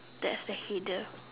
that's the header